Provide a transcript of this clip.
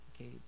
okay